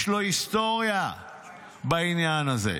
יש לו היסטוריה בעניין הזה.